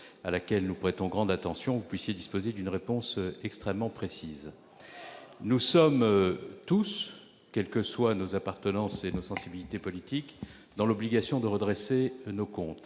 Nous sommes tous, quelles que soient nos appartenances et nos sensibilités politiques, dans l'obligation de redresser nos comptes.